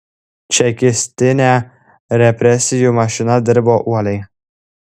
čekistinė represijų mašina dirbo uoliai